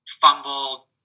fumble